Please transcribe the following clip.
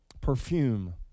perfume